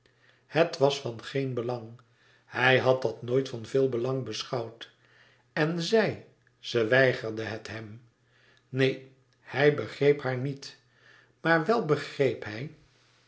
het was van geen belang hij had dat nooit van veel belang beschouwd en zij ze weigerde het hem neen hij begreep haar niet maar wel begreep hij